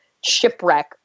shipwreck